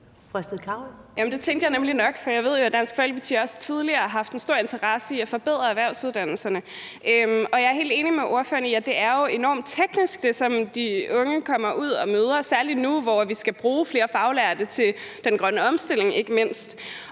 Det tænkte jeg nemlig nok, for jeg ved jo, at Dansk Folkeparti også tidligere har haft stor en interesse i at forbedre erhvervsuddannelserne, og jeg er helt enig med ordføreren i, at det, som de unge kommer ud og møder, særlig nu, hvor vi ikke mindst skal bruge flere faglærte til den grønne omstilling, er enormt